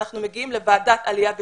אנחנו מגיעים לוועדת העלייה והקליטה,